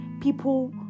people